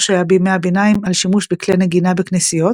שהיה בימי הביניים על שימוש בכלי נגינה בכנסיות